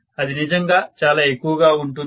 అది నిజంగా చాలా ఎక్కువగా ఉంటుంది